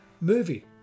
movie